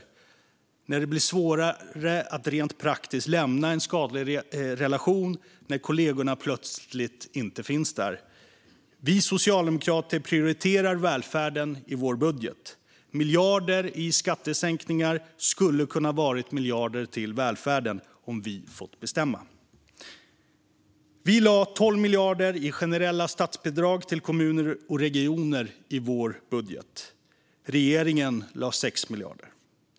Vad händer när det rent praktiskt blir svårare att lämna en skadlig relation och när kollegorna plötsligt inte finns där? Vi socialdemokrater prioriterar välfärden i vår budget. Miljarder i skattesänkningar skulle kunna ha varit miljarder till välfärden om vi hade fått bestämma. Vi lade 12 miljarder i generella statsbidrag till kommuner och regioner i vår budget. Regeringen lade 6 miljarder.